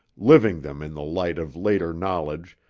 living them in the light of later knowledge,